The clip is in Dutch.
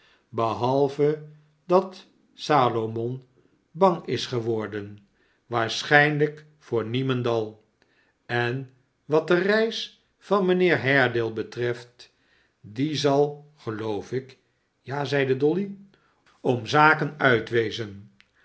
behalve dat salomon bang is geworden waarschijnlijk voor niemendal en wat de reis van mijnheer haredale betreft die zal geloof ik ja zeide dolly som zaken uit wezen